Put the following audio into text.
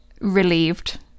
relieved